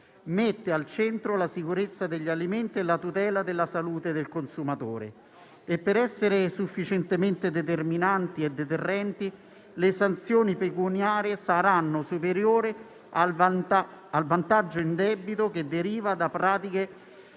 mette al centro la sicurezza degli alimenti e la tutela della salute del consumatore e, per essere sufficientemente determinanti e deterrenti, le sanzioni pecuniarie saranno superiori al vantaggio indebito che deriva da pratiche